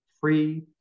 free